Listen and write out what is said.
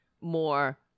more